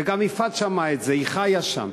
וגם יפעת שמעה את זה, היא חיה שם.